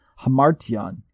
hamartian